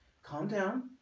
calm down.